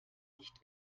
nicht